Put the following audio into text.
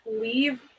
leave